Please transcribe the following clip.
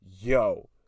yo